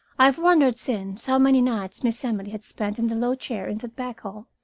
i have wondered since how many nights miss emily had spent in the low chair in that back hall,